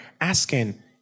asking